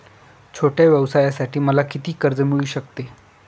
छोट्या व्यवसायासाठी मला किती कर्ज मिळू शकते?